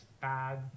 bad